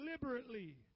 deliberately